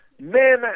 Man